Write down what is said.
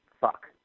Fuck